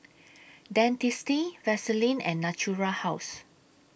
Dentiste Vaselin and Natura House